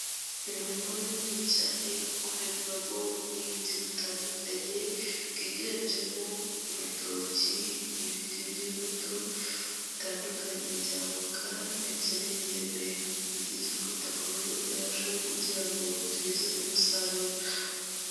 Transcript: Umurima munini cyane ukorerwamo ubuhinzi butandukanye, bwiganjemo urutoki, ibiti by'imbuto bitandukanye by'avoka ndetse n'imyembe. Ni byiza kwita ku bihingwa byacu kugira ngo bitugeze ku musaruro.